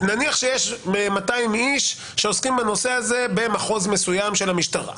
נניח שיש 200 איש שעוסקים בנושא הזה במחוז מסוים של המשטרה,